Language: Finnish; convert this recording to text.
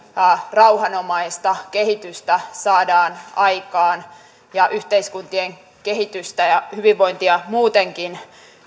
rauhanomaista kehitystä saadaan aikaan ja yhteiskuntien kehitystä ja hyvinvointia muutenkin